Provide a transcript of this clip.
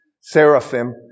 seraphim